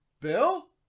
Bill